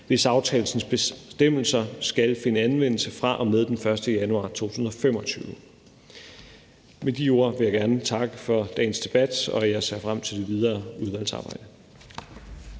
hvis aftalens bestemmelser skal finde anvendelse fra med den 1. januar 2025. Med de ord vil jeg gerne takke for dagens debat, og jeg ser frem til det videre udvalgsarbejde.